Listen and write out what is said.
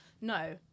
no